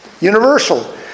universal